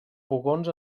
pugons